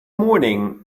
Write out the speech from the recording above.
morning